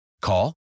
Call